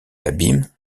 abîme